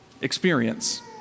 experience